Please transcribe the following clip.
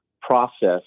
process